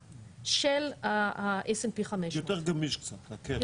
של ה-s&p 500. יותר גמיש קצת הקרן.